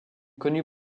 connu